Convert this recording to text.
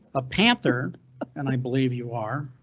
a panther and i believe you are,